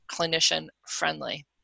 clinician-friendly